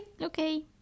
okay